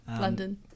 London